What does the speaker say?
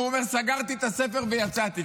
הוא אומר: סגרתי את הספר ויצאתי.